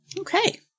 Okay